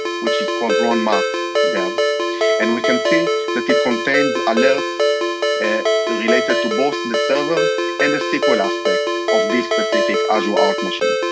which is called ronmat dev and we can see that it contains alerts related to both the server and a sql aspect of this specific azure arc machine.